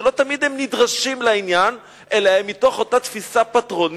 שלא תמיד נדרשים לעניין אלא הם מתוך אותה תפיסה פטרונית,